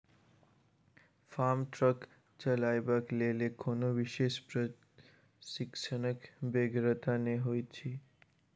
farm truck चलयबाक लेल कोनो विशेष प्रशिक्षणक बेगरता नै होइत छै